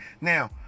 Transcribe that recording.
Now